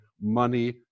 money